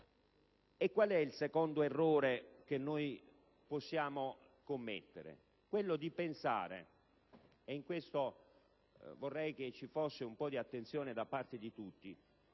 delicati. Il secondo errore che possiamo commettere è quello di pensare - e sul punto vorrei che ci fosse un po' di attenzione da parte di tutti